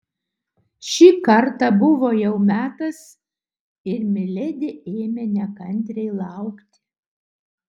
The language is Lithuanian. šį kartą buvo jau metas ir miledi ėmė nekantriai laukti